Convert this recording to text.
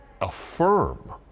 affirm